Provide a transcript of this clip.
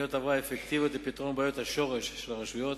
תוכניות הבראה אפקטיביות לפתרון בעיות השורש של הרשויות.